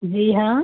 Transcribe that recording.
जी हाँ